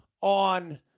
on